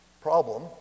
Problem